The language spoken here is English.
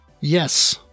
Yes